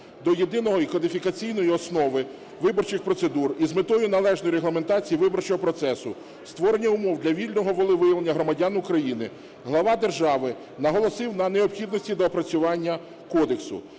до єдиної кодифікаційної основи виборчих процедур і з метою належної регламентації виборчого процесу, створення умов для вільного волевиявлення громадян України, глава держави наголосив на необхідності доопрацювання кодексу.